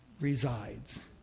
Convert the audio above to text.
resides